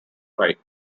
dry